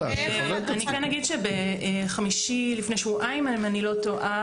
אני כן אגיד שבחמישי לפני שבועיים אם אני לא טועה